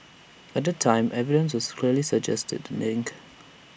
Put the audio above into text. at the time evidence was greatly suggested the link